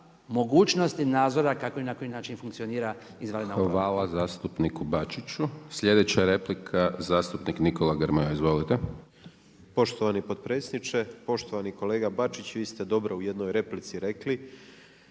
mogućnosti nadzora, kako i na koji način funkcionira izvanredna